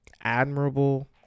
admirable